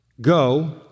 go